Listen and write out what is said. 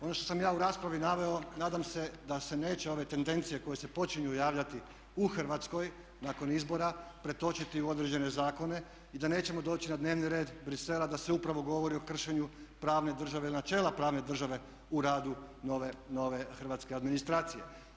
Ono što sam ja u raspravi naveo nadam se da se neće ove tendencije koje se počinju javljati u Hrvatskoj nakon izbora pretočiti u određene zakone i da nećemo doći na dnevni red Bruxellesa da se upravo govori o kršenju pravne države i načela pravne države u radu nove hrvatske administracije.